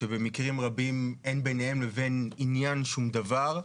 שבמקרים רבים אין ביניהן לבין עניין שום דבר,